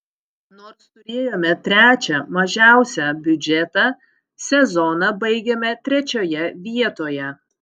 nors turėjome trečią mažiausią biudžetą sezoną baigėme trečioje vietoje